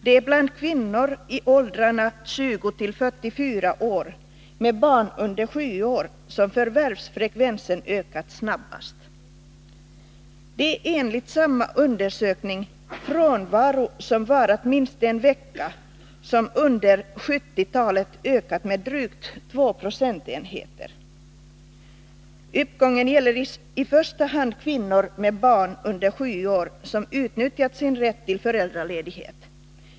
Det är bland kvinnorna i åldrarna 20-44 år, med barn under 7 år, som förvärvsfrekvensen ökat snabbast. Enligt samma undersökning har frånvaro som varat minst en vecka ökat med drygt 2 20 under 1970-talet. Uppgången gäller i första hand kvinnor med barn under 7 år som utnyttjat sin rätt till föräldraledighet.